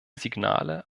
signale